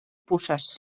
puces